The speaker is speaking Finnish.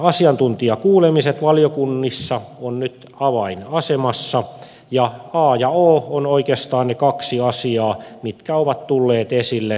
asiantuntijakuulemiset valiokunnissa ovat nyt avainasemassa ja a ja o ovat oikeastaan ne kaksi asiaa mitkä ovat tulleet esille